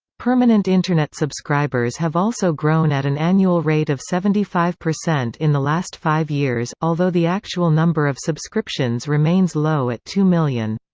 permanent internet subscribers have also grown at an annual rate of seventy five percent in the last five years, although the actual number of subscriptions remains low at two million.